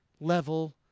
level